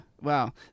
Wow